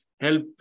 help